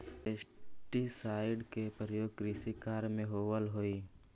pesticide के प्रयोग कृषि कार्य में होवऽ हई